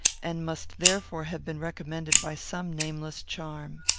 and must therefore have been recommended by some nameless charm.